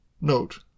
Note